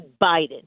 Biden